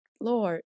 Lord